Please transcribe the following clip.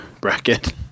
bracket